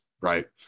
Right